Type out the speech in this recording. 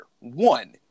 One